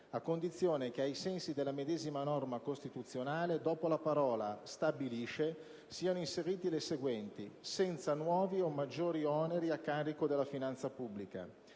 a condizione che, ai sensi della medesima norma costituzionale, dopo la parola: "stabilisce" siano inserite le seguenti: "senza nuovi o maggiori oneri a carico della finanza pubblica".